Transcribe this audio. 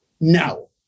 No